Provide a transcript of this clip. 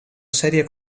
serie